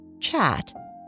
chat